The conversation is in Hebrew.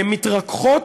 מתרככות,